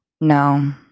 No